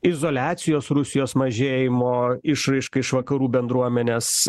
izoliacijos rusijos mažėjimo išraiška iš vakarų bendruomenės